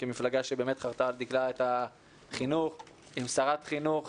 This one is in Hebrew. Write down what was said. כמפלגה שבאמת חרטה על דגלה את החינוך עם שרת חינוך,